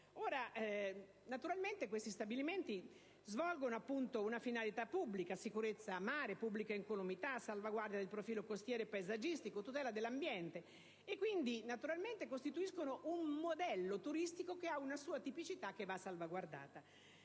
e il mare. Questi stabilimenti svolgono dunque una finalità pubblica (sicurezza a mare, pubblica incolumità, salvaguardia del profilo costiero e paesaggistico, tutela dell'ambiente), quindi costituiscono un modello turistico che ha una sua tipicità che va salvaguardata.